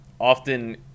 often